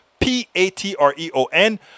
P-A-T-R-E-O-N